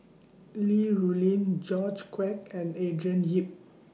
Li Rulin George Quek and Andrew Yip